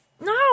No